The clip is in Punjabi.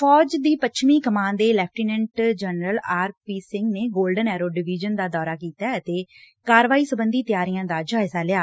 ਫੌਜ ਦੀ ਪੱਛਮੀ ਕਮਾਨ ਦੇ lieutenant general R P Singh ਨੇ ਗੋਲਡਨ ਐਰੋ ਡਵੀਜ਼ਨ ਦਾ ਦੌਰਾ ਕੀਤਾ ਅਤੇ ਕਾਰਵਾਈ ਸਬੰਧੀ ਤਿਆਰੀਆਂ ਦਾ ਜਾਇਜ਼ਾ ਲਿਆ